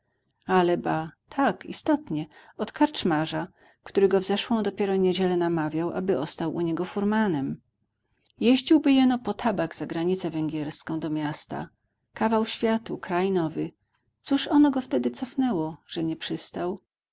ale ba tak istotnie od karczmarza który go w zeszłą dopiero niedzielę namawiał aby ostał u niego furmanem jeździłby jeno po tabak za granicę węgierską do miasta kawał światu kraj nowy cóż ono go wtedy cofnęło że nie przystał